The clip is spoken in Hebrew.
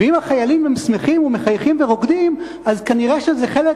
ואם החיילים הם שמחים ומחייכים ורוקדים אז כנראה זה חלק